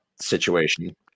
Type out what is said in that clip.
situation